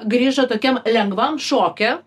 grįžo tokiam lengvam šoke